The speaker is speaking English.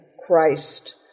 Christ